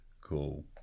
Cool